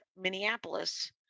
Minneapolis